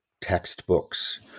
textbooks